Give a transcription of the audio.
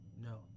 No